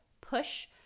push